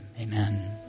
Amen